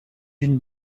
d’une